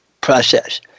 process